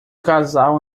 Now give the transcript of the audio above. casal